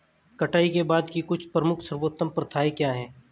कटाई के बाद की कुछ प्रमुख सर्वोत्तम प्रथाएं क्या हैं?